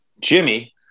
Jimmy